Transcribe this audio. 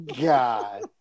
God